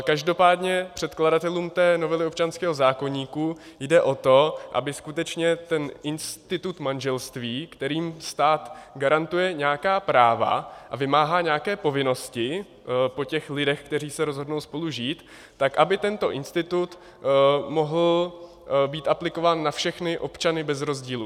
Každopádně předkladatelům novely občanského zákoníku jde o to, aby skutečně institut manželství, kterým stát garantuje nějaká práva a vymáhá nějaké povinnosti po těch lidech, který se rozhodnou spolu žít, tak aby tento institut mohl být aplikován na všechny občany bez rozdílu.